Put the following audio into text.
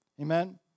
Amen